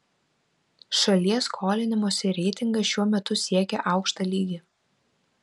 šalies skolinimosi reitingas šiuo metu siekia aukštą lygį